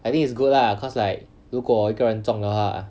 I think it's good lah cause like 如果一个人中的话